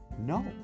No